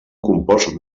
compost